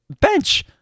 bench